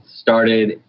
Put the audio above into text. started